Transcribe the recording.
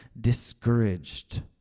discouraged